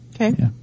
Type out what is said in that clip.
Okay